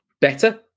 better